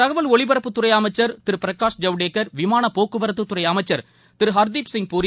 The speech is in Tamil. தகவல் ஒலிபரப்புத்துறை அமைச்சர் திரு பிரகாஷ் ஜவடேகர் விமான போக்குவரத்துதுறை அமைச்சர் திரு ஹர்தீப் சிங் பூரி